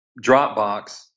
Dropbox